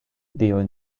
dio